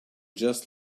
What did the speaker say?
just